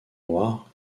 noirs